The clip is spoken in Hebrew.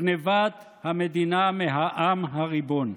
גנבת המדינה מהעם הריבון.